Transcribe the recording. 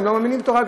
הם לא מאמינים בתורה.